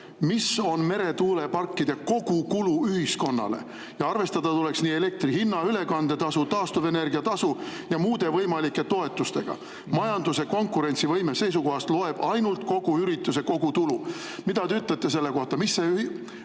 mis on meretuuleparkide kogukulu ühiskonnale, ja arvestada tuleks nii elektri hinna, ülekandetasu, taastuvenergia tasu kui ka muude võimalike toetustega. Majanduse konkurentsivõime seisukohast loeb ainult kogu ürituse kogutulu. Mida te ütlete selle kohta, mis see